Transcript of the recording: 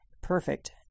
perfect